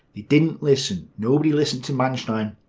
they didn't listen, nobody listened to manstein,